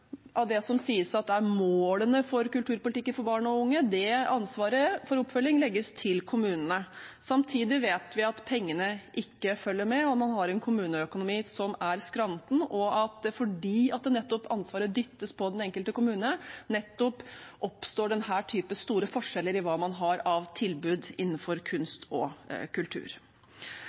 sies er målene for kulturpolitikken for barn og unge, legges til kommunene. Samtidig vet vi at pengene ikke følger med. Man har en kommuneøkonomi som er skranten, og fordi ansvaret dyttes på den enkelte kommune, oppstår denne typen store forskjeller i hva man har av tilbud innenfor kunst og kultur.